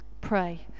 Pray